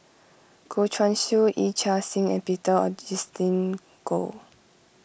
Goh Guan Siew Yee Chia Hsing and Peter Augustine Goh